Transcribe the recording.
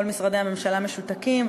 כל משרדי הממשלה משותקים,